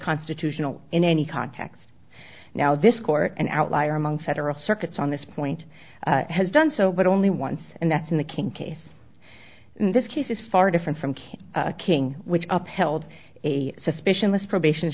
constitutional in any context now this court an outlier among federal circuits on this point has done so but only once and that's in the king case this case is far different from king king which upheld a suspicion last probation